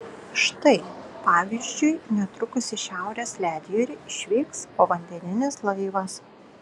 štai pavyzdžiui netrukus į šiaurės ledjūrį išvyks povandeninis laivas